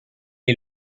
est